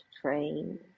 Train